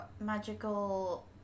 magical